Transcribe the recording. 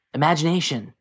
imagination